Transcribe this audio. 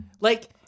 Like-